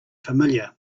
familiar